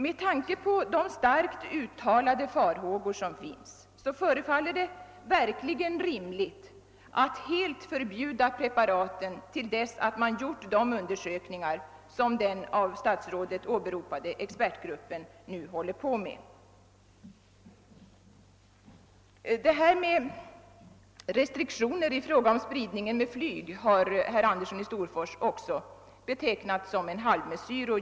Med tanke på de starka farhågor som har uttalats förefaller det verkligen rimligt att helt förbjuda preparaten till dess att de undersökningar är klara som den av statsrådet åberopade expertgruppen nu håller på med. Restriktionen i fråga om spridning med flyg har herr Andersson i Storfors betecknat som en halvmesyr.